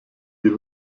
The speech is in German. die